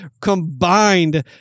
combined